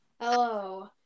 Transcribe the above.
Hello